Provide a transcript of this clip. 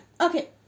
okay